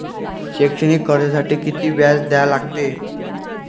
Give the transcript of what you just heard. शैक्षणिक कर्जासाठी किती व्याज द्या लागते?